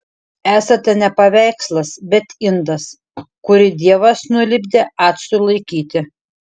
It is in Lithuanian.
esate ne paveikslas bet indas kurį dievas nulipdė actui laikyti